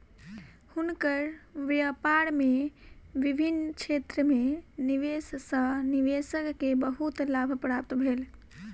हुनकर व्यापार में विभिन्न क्षेत्र में निवेश सॅ निवेशक के बहुत लाभ प्राप्त भेल